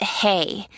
hey